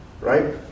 right